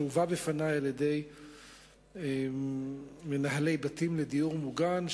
שהובא לפני על-ידי מנהלי בתים לדיור מוגן,